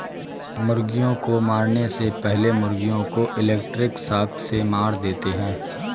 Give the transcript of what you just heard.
मुर्गियों को मारने से पहले मुर्गियों को इलेक्ट्रिक शॉक से मार देते हैं